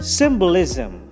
symbolism